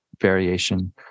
variation